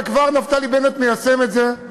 וכבר נפתלי בנט מיישם את זה.